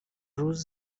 روز